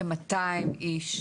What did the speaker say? לדעתי, כמאתיים איש,